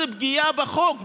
זו פגיעה בחוק,